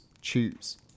choose